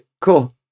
Cool